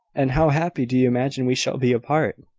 and how happy do you imagine we shall be apart?